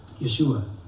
Yeshua